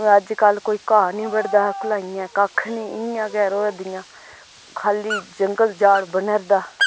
अज्जकल कोई घाह् नी बड्ढदा फसलां इयां गै कक्ख नी इ'यां गै रौऐ करदियां खाल्ली जंगल जाड़ बना'रदा